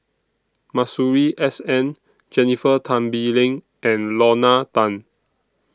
Masuri S N Jennifer Tan Bee Leng and Lorna Tan